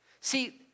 See